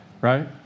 right